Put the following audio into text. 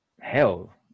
Hell